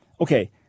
Okay